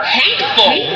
hateful